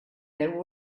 there